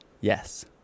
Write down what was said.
yes